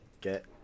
Get